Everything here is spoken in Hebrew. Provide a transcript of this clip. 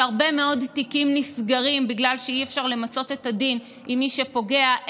שהרבה מאוד תיקים נסגרים בגלל שאי-אפשר למצות את הדין עם מי שפוגע,